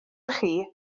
chi